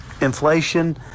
inflation